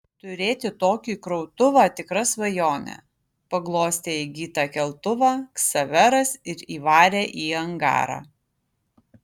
turėti tokį krautuvą tikra svajonė paglostė įgytą keltuvą ksaveras ir įvarė į angarą